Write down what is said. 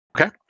Okay